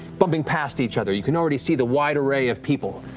bumping past each other, you can already see the wide array of people.